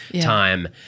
time